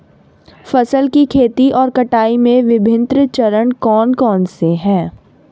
फसल की खेती और कटाई के विभिन्न चरण कौन कौनसे हैं?